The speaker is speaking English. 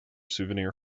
souvenir